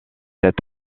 cet